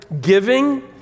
giving